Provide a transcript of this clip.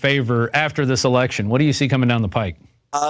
favor after this election what do you see coming down the pike